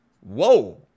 Whoa